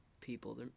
people